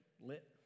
lit